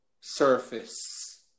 surface